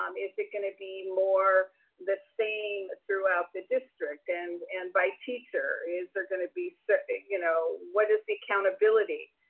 um is it going to be more the same throughout the district? and and by teacher, is there going to be certain, you know, what is the accountability?